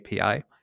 API